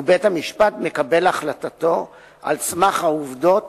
ובית-המשפט מקבל את החלטתו על סמך העובדות